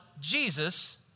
Jesus